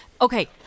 Okay